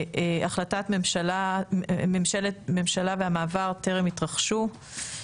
החלטת הממשלה והמעבר טרם התרחשו.